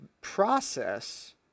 process